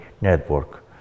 Network